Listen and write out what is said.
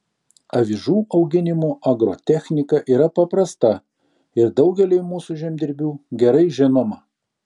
avižų auginimo agrotechnika yra paprasta ir daugeliui mūsų žemdirbių gerai žinoma